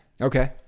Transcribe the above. Okay